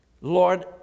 Lord